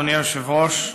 אדוני היושב-ראש,